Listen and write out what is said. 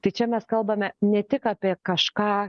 tai čia mes kalbame ne tik apie kažką